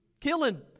killing